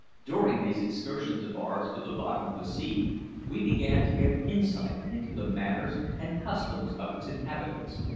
during these excursions of ours to the bottom of the sea we began to get an insight into the manners and customs of its inhabitants,